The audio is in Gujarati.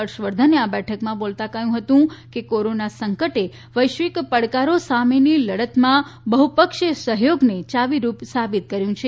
હર્ષવર્ધને આ બેઠકમાં બોલતા જણાવ્યું હતું કે કોરોના સંકટે વૈશ્વિક પડકારો સામેની લડતમાં બહ્પક્ષીય સહ્યોગને યાવીરૂપ સાબિત કર્યો છે